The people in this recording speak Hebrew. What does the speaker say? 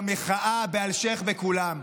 במחאה, באלשיך, בכולם.